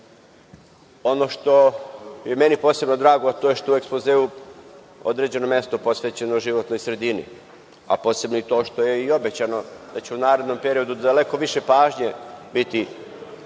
što je meni posebno drago to je što je u ekspozeu određeno mesto posvećeno životnoj sredini, a posebno i to što je i obećano da će u narednom periodu daleko više pažnje biti